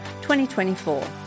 2024